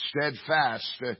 steadfast